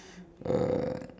uh